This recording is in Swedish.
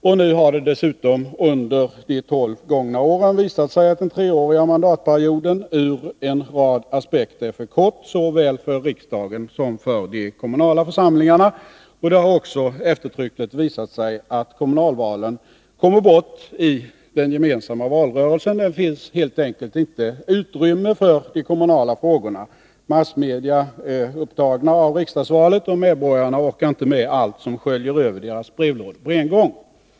Under de gångna tolv åren har det dessutom visat sig att den treåriga mandatperioden ur en rad aspekter är för kort, såväl för riksdagen som för de kommunala församlingarna. Det har också eftertryckligt visat sig att kommunalvalen kommer bort i den gemensamma valrörelsen. Det finns helt enkelt inte utrymme för de kommunala frågorna. Massmedia är upptagna av riksdagsvalet, och medborgarna orkar inte med allt som på en gång sköljer över deras brevlådor.